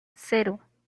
cero